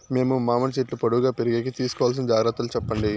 మేము మామిడి చెట్లు పొడువుగా పెరిగేకి తీసుకోవాల్సిన జాగ్రత్త లు చెప్పండి?